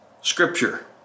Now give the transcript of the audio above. Scripture